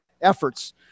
efforts